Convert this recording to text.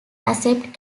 accept